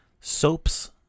soaps